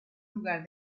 lugar